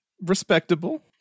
Respectable